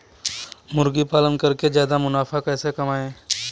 मुर्गी पालन करके ज्यादा मुनाफा कैसे कमाएँ?